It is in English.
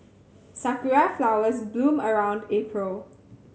sakura flowers bloom around April